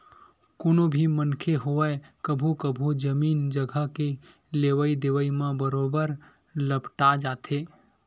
कोनो भी मनखे होवय कभू कभू जमीन जघा के लेवई देवई म बरोबर लपटा जाथे